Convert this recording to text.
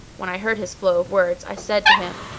when i heard his flow of words, i said to him,